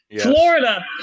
Florida